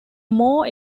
more